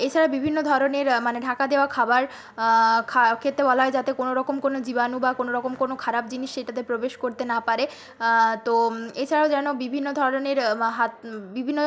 এছাড়া বিভিন্ন ধরনের মানে ঢাকা দেওয়া খাবার খেতে বলা হয় যাতে কোনওরকম কোনও জীবাণু বা কোনওরকম কোনও খারাপ জিনিস সেইটাতে প্রবেশ করতে না পারে তো এছাড়াও যেন বিভিন্ন ধরনের হাত বিভিন্ন